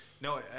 no